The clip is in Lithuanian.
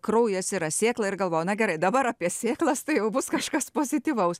kraujas yra sėklą ir galvoju na gerai dabar apie sėklas tai bus kažkas pozityvaus